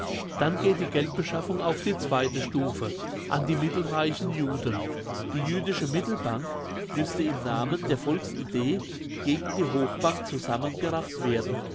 dann geht die geldbeschaffung auf die zweite stufe an die mittelreichen juden die jüdische mittelbank müsste im namen der volksidee gegen die hochbank zusammengerafft werden